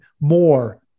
more